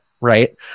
right